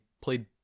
played